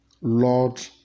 Lord